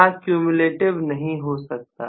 यहां क्यूम्यूलेटिव नहीं हो सकता